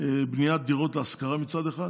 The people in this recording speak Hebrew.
בניית דירות להשכרה מצד אחד,